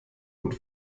und